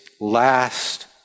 last